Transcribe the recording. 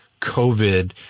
COVID